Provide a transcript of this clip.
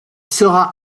sera